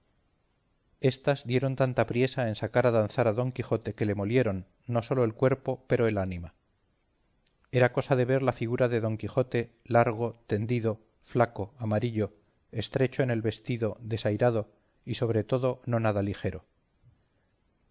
éstas dieron tanta priesa en sacar a danzar a don quijote que le molieron no sólo el cuerpo pero el ánima era cosa de ver la figura de don quijote largo tendido flaco amarillo estrecho en el vestido desairado y sobre todo no nada ligero